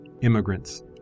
Immigrants